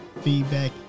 feedback